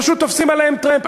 פשוט תופסים עליהן טרמפ.